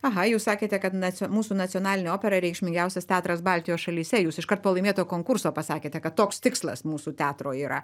aha jūs sakėte kad nac mūsų nacionalinė opera reikšmingiausias teatras baltijos šalyse jūs iškart po laimėto konkurso pasakėte kad toks tikslas mūsų teatro yra